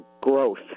growth